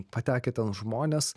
patekę ten žmonės